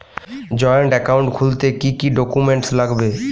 Joint account খুলতে কি কি ডকুমেন্টস লাগবে?